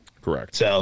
Correct